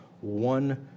one